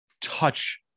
touch